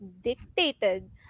dictated